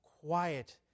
quiet